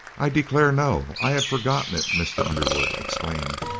i declare! no i had forgotten it! mr. underwood exclaimed.